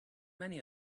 many